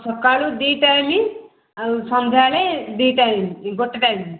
ସକାଳୁ ଦୁଇ ଟାଇମ୍ ଆଉ ସନ୍ଧ୍ୟାବେଳେ ଦୁଇ ଟାଇମ୍ ଗୋଟେ ଟାଇମ୍